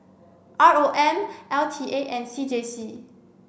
R O M L T A and C J C